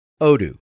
odoo